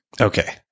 Okay